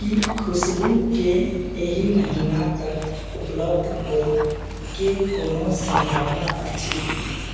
की खुशबु केँ एहि महीना तक उपलब्ध होयके कोनो संभावना अछि